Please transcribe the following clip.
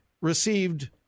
received